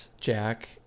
jack